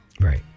Right